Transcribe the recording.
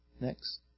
Next